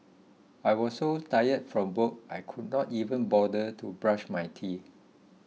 I was so tired from work I could not even bother to brush my teeth